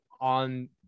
on